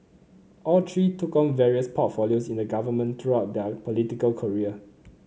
all three took on various portfolios in the government throughout their political career